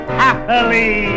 happily